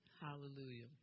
hallelujah